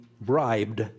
bribed